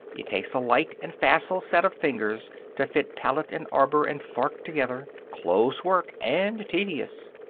it takes a light and facile set of fingers to fit pallet and arbor and fork together close work and tedious.